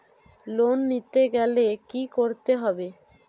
Loan নিতে গেলে কি করতে হবে?